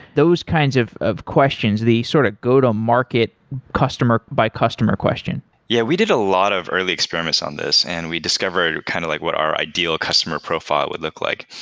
those kinds of of questions, the sort of go-to-market customer by customer question yeah, we did a lot of early experiments on this and we discovered kind of like what our ideal customer profile would look like.